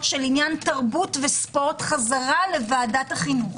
של עניין תרבות וספורט חזרה לוועדת החינוך.